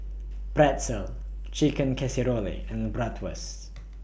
Pretzel Chicken Casserole and Bratwurst